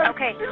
Okay